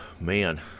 man